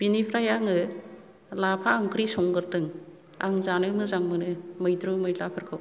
बिनिफ्राय आङो लाफा ओंख्रि संगोरदों आं जानो मोजां मोनो मैद्रु मैलाफोरखौ